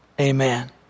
Amen